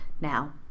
now